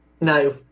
no